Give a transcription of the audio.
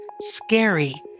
scary